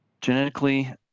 genetically